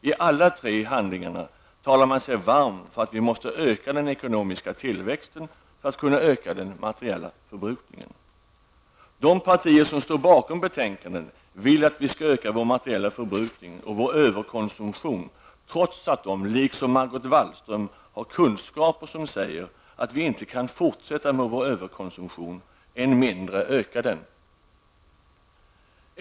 I dessa tre handlingar talar man sig varm för att vi måste öka den ekonomiska tillväxten för att kunna öka den materiella förbrukningen. De partier som står bakom betänkandet vill att vi skall öka vår materiella förbrukning och vår överkonsumtion, trots att de liksom Margot Wallström, har kunskaper som säger att vi inte kan fortsätta med vår överkonsumtion, än mindre öka den.